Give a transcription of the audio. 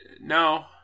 No